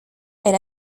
elle